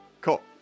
cool